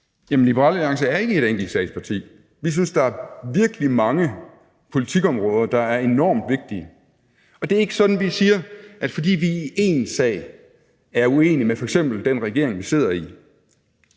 Jamen Liberal Alliance er ikke et enkeltsagsparti. Vi synes, der virkelig er mange politikområder, der er enormt vigtige. Og det er ikke sådan, at vi siger, at fordi vi i én sag er uenige med f.eks. den regering, vi sidder i,